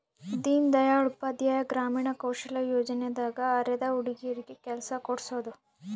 ದೀನ್ ದಯಾಳ್ ಉಪಾಧ್ಯಾಯ ಗ್ರಾಮೀಣ ಕೌಶಲ್ಯ ಯೋಜನೆ ದಾಗ ಅರೆದ ಹುಡಗರಿಗೆ ಕೆಲ್ಸ ಕೋಡ್ಸೋದ